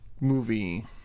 Movie